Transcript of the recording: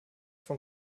vom